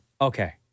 Okay